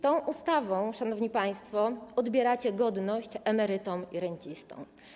Tą ustawą, szanowni państwo, odbieracie godność emerytom i rencistom.